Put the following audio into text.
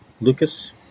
Lucas